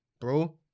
Bro